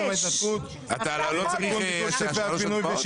אתה לא צריך עוד 3 הצבעות?